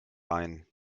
ein